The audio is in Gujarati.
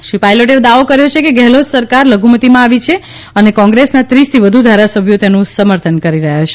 શ્રી પાયલોટે દાવો કર્યો છે કે ગેહલોત સરકાર લધુમતીમાં આવી છે અને કોંગ્રેસના ત્રીસથી વધુ ધારાસભ્યો તેમનું સમર્થન કરી રહ્યા છે